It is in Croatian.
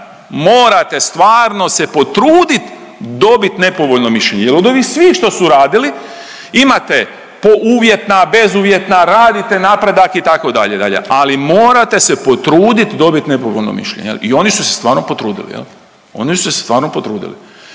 morate stvarno se potrudit dobit nepovoljno mišljenje. Jer od ovih svi koji su radili imate po uvjetna, bezuvjetna, radite napredak itd. Ali morate se potruditi dobiti nepovoljno mišljenje. I oni su se stvarno potrudili, oni su se stvarno potrudili.